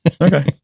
Okay